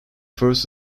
first